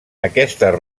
aquestes